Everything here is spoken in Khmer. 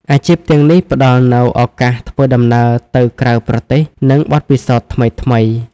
អាជីពទាំងនេះផ្ដល់នូវឱកាសធ្វើដំណើរទៅក្រៅប្រទេសនិងបទពិសោធន៍ថ្មីៗ។